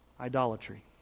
idolatry